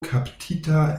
kaptita